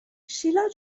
شیلا